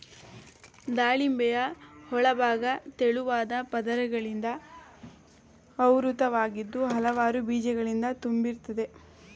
ದಾಳಿಂಬೆಯ ಒಳಭಾಗ ತೆಳುವಾದ ಪದರಗಳಿಂದ ಆವೃತವಾಗಿದ್ದು ಹಲವಾರು ಬೀಜಗಳಿಂದ ತುಂಬಿರ್ತದೆ